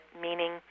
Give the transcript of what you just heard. meaning